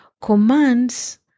commands